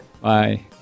Bye